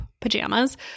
pajamas